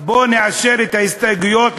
בואו נאשר את ההסתייגויות,